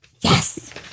Yes